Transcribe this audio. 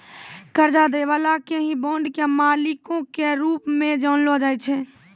कर्जा दै बाला के ही बांड के मालिको के रूप मे जानलो जाय छै